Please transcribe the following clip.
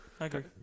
Okay